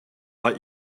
let